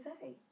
say